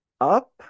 up